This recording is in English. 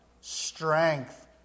strength